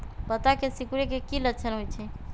पत्ता के सिकुड़े के की लक्षण होइ छइ?